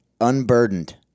Unburdened